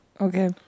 Okay